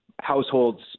households